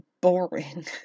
boring